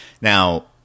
Now